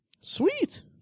Sweet